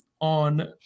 on –